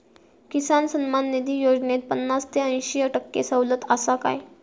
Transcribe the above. किसान सन्मान निधी योजनेत पन्नास ते अंयशी टक्के सवलत आसा काय?